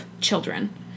children